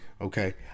okay